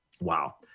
Wow